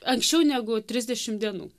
anksčiau negu trisdešimt dienų